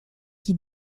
qui